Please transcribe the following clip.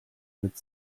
mit